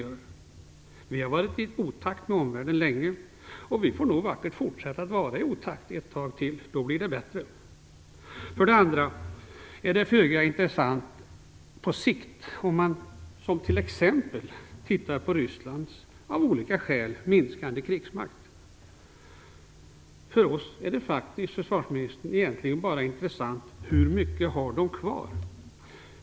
Vi har länge varit i otakt med omvärlden, och vi får nog vackert fortsätta att vara det ett tag till, för då blir det bättre. För det andra är det föga intressant på sikt att se till t.ex. Rysslands av olika skäl minskande krigsmakt. För oss är det faktiskt, försvarsministern, egentligen bara intressant hur mycket de har kvar.